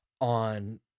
on